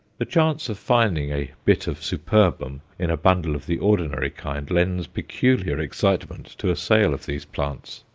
the chance of finding a bit of superbum in a bundle of the ordinary kind lends peculiar excitement to a sale of these plants.